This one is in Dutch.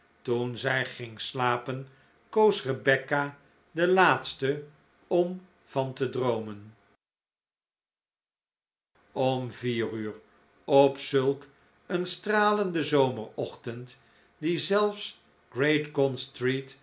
toen zij ging slapen koos rebecca den laatste om van te droomen om vier uur op zulk een stralenden zomerochtend die zelfs